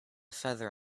feather